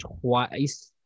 twice